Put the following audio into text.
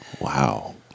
Wow